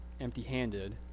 empty-handed